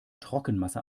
trockenmasse